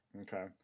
Okay